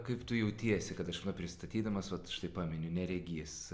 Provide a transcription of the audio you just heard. kaip tu jautiesi kad aš pristatydamas vat štai paminiu neregys